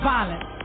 Violence